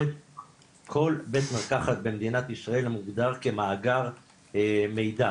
כל בית מרקחת במדינת ישראל מוגדר כמאגר מידע,